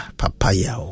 papaya